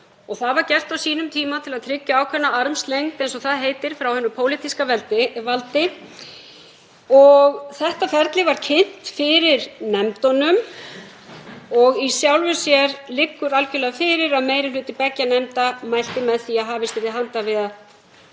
Það var gert á sínum tíma til að tryggja ákveðna armslengd, eins og það heitir, frá hinu pólitíska valdi. Það ferli var kynnt fyrir nefndunum og í sjálfu sér liggur algjörlega fyrir að meiri hluti beggja nefnda mælti með því að hafist yrði handa við að